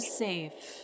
safe